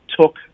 took